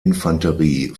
infanterie